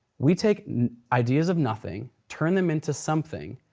we take ideas of nothing, turn them into something,